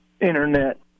Internet